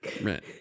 Right